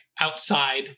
outside